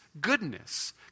goodness